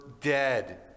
dead